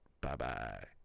Bye-bye